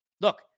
Look